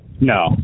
No